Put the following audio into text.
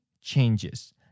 changes